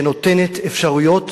שנותנת אפשרויות